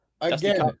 again